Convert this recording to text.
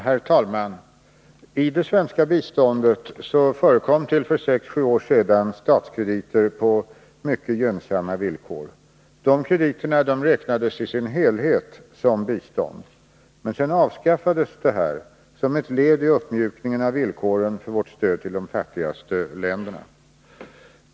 Herr talman! I det svenska biståndet förekom till för 6-7 år sedan statskrediter på mycket gynnsamma villkor. De krediterna räknades i sin helhet som bistånd, men sedan avskaffades dessa krediter som ett led i uppmjukningen av villkoren för vårt stöd till de fattigaste länderna.